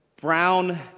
brown